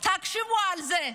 תקשיבו לזה.